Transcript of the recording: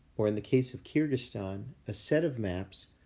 or in the case of kyrgyzstan a set of maps,